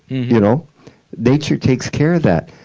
y'know? nature takes care of that.